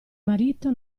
marito